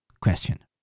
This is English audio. question